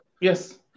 yes